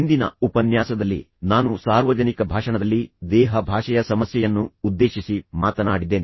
ಹಿಂದಿನ ಉಪನ್ಯಾಸದಲ್ಲಿ ನಾನು ಸಾರ್ವಜನಿಕ ಭಾಷಣದಲ್ಲಿ ದೇಹ ಭಾಷೆಯ ಸಮಸ್ಯೆಯನ್ನು ಉದ್ದೇಶಿಸಿ ಮಾತನಾಡಿದ್ದೇನೆ